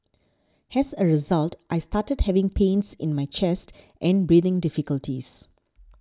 has a result I started having pains in my chest and breathing difficulties